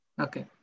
Okay